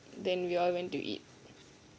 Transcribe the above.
then we all went to eat